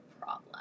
problem